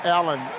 Allen